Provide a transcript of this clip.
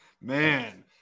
man